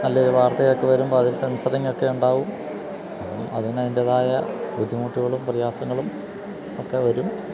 നല്ലയൊരു വാർത്തയൊക്കെ വരുമ്പോള് അതിൽ സെന്സറിങ്ങൊക്കെ ഉണ്ടാകും അതിന് അതിൻ്റെതായ ബുദ്ധിമുട്ടുകളും പ്രയാസങ്ങളുമൊക്കെ വരും